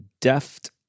deft